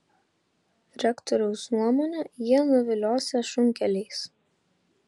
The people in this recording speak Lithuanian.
rektoriaus nuomone jie nuviliosią šunkeliais